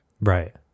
Right